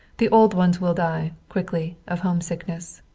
the old ones will die, quickly, of homesickness.